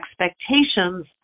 expectations